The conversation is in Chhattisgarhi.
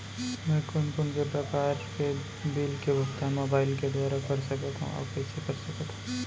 मैं कोन कोन से प्रकार के बिल के भुगतान मोबाईल के दुवारा कर सकथव अऊ कइसे कर सकथव?